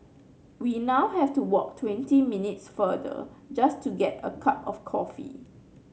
we now have to walk twenty minutes farther just to get a cup of coffee